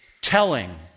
Telling